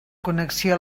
connexió